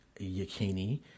Yakini